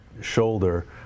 shoulder